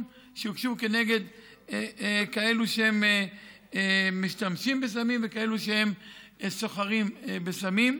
שהוגשו כנגד כאלה שהם משתמשים בסמים וכאלה שהם סוחרים בסמים.